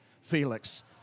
Felix